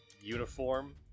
uniform